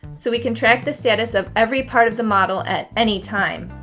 so we can track the status of every part of the model at any time.